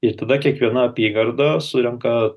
ir tada kiekviena apygarda surenka